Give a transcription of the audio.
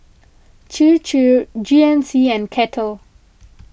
Chir Chir G N C and Kettle